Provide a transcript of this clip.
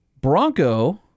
Bronco